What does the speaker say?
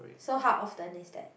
so how often is that